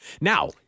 Now